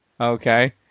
Okay